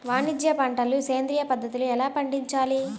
వాణిజ్య పంటలు సేంద్రియ పద్ధతిలో ఎలా పండించాలి?